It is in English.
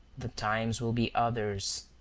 the times will be others,